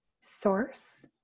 Source